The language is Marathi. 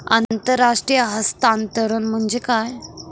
आंतरराष्ट्रीय हस्तांतरण म्हणजे काय?